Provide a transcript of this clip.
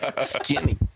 Skinny